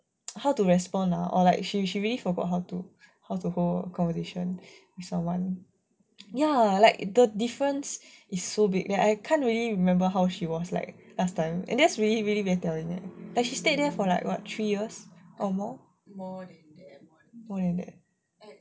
how to respond ah or like she she really forgot how to how to hold a conversation with someone ya like the difference is so big that I can't really remember how she was like last time and that's really really very tiring like she stayed there for like what three years or more more